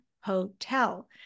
Hotel